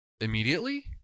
immediately